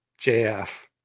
JF